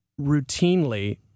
routinely